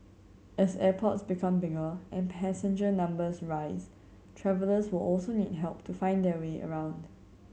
as airports become bigger and passenger numbers rise travellers will also need help to find their way around